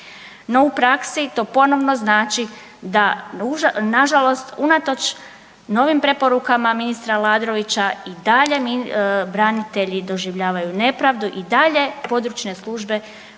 u praksi to ponovno znači da na žalost unatoč novim preporukama ministra Aladrovića i dalje branitelji doživljavaju nepravdu, i dalje područne službe